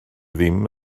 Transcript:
ddim